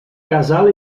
casal